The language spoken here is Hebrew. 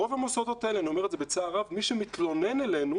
רוב המוסדות אני אומר את זה בצער רב שמתלוננים אלינו